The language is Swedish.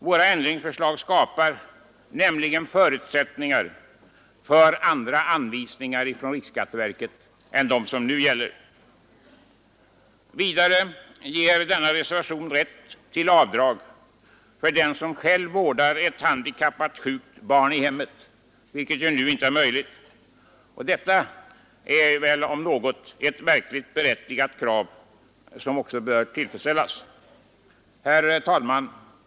Våra ändringsförslag skapar nämligen förutsättningar för andra anvisningar från riksskatteverket än de som nu gäller. Vidare ger denna reservation rätt till avdrag för den som själv vårdar ett handikappat eller sjukt barn i hemmet, vilket nu inte ger rätt till avdrag. Detta är väl om något ett verkligt berättigat krav som bör tillfredsställas. Herr talman!